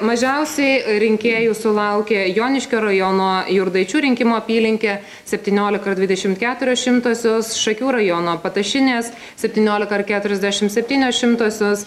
mažiausiai rinkėjų sulaukė joniškio rajono jurgaičių rinkimų apylinkė septyniolika ir dvidešimt keturios šimtosios šakių rajono patašinės septyniolika ir keturiasdešimt septynios šimtosios